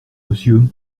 monsieur